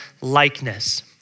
likeness